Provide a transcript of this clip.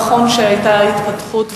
נכון שהיתה התפתחות,